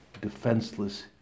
defenseless